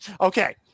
Okay